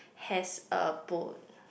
has a boat